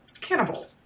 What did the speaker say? cannibal